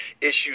issues